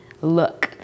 look